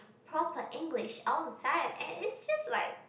proper English all the time and it's just like